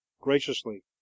graciously